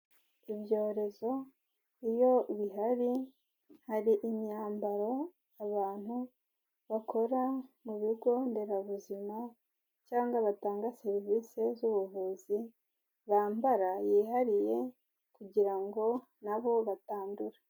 Ibyorezo iyo bihari, hari imyambaro abantu bakora mu bigo nderabuzima cyangwa batanga serivisi z'ubuvuzi bambara yihariye kugira ngo na bo batandura.